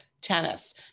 tennis